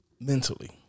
Mentally